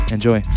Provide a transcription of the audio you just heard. Enjoy